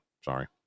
Sorry